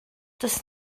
does